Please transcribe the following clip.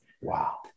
Wow